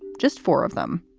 just four of them,